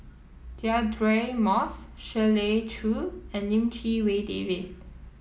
Deirdre Moss Shirley Chew and Lim Chee Wai David